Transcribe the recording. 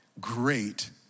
Great